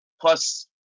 plus